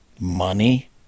money